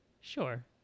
Sure